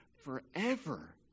forever